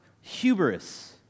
hubris